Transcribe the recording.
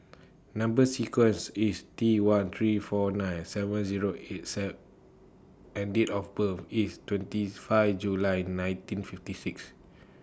Number sequence IS T one three four nine seven Zero eight C and Date of birth IS twenty five July nineteen fifty six